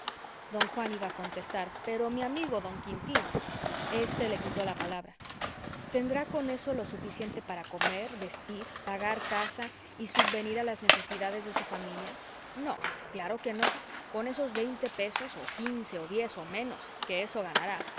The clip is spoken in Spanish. don juan iba a contestar pero amigo don quintín este le quitó la palabra tendrá con eso lo suficiente para comer vestir pagar casa y subvenir a las necesidades de su familia no claro que no con esos veinte pesos o quince o diez o menos que eso ganará